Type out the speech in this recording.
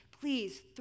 please